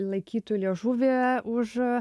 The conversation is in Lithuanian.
laikytų liežuvį už